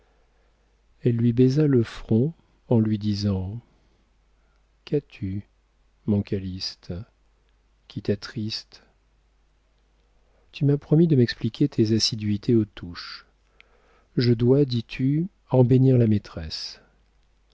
elle lui baisa le front en lui disant qu'as-tu mon calyste qui t'attriste tu m'as promis de m'expliquer tes assiduités aux touches je dois dis-tu en bénir la maîtresse